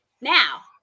now